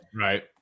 right